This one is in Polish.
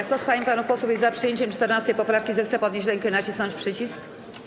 Kto z pań i panów posłów jest za przyjęciem 14. poprawki, zechce podnieść rękę i nacisnąć przycisk.